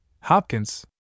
Hopkins